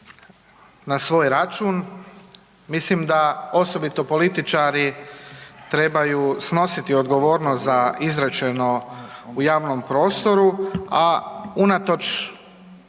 na svoj račun. Mislim da osobito političari trebaju snositi odgovornost za izrečeno u javnom prostoru, a unatoč